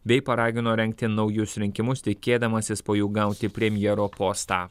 bei paragino rengti naujus rinkimus tikėdamasis po jų gauti premjero postą